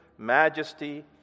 majesty